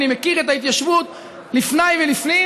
אני מכיר את ההתיישבות לפניי ולפנים